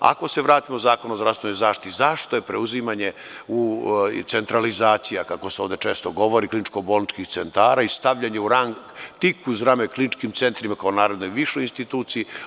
Ako se vratimo Zakonu o zdravstvenoj zaštiti, zašto je preuzimanje centralizacija, kako se ovde često govori, kliničko-bolničkih centara i stavljanje u rang, tik uz rame kliničkim centrima kao narednoj višoj instituciji?